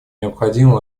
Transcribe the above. необходимым